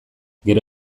gero